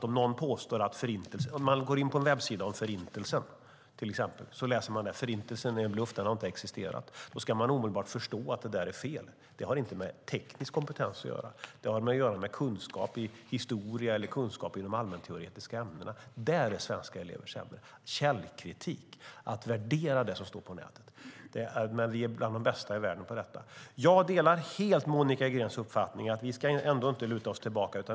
Om en webbsida till exempel påstår att förintelsen inte existerat utan är en bluff ska man omedelbart förstå att det är fel. Det har inte med teknisk kompetens att göra, utan det har med kunskap i historia och allmänteoretiska ämnen att göra. Svenska elever är sämre på källkritik och att värdera det som står på nätet. Jag delar helt Monica Greens uppfattning att vi inte ska luta oss tillbaka.